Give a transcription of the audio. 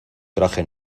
traje